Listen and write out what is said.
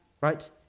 right